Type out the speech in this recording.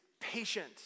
Patient